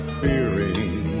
fearing